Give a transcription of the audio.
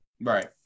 Right